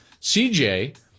CJ